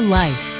life